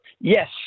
yes